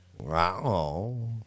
Wow